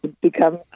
become